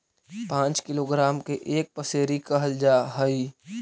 पांच किलोग्राम के एक पसेरी कहल जा हई